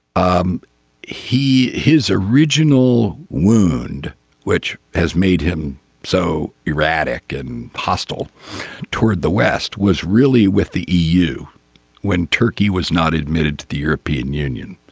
um he. his original wound which has made him so erratic and hostile toward the west was really with the eu when turkey was not admitted to the european union.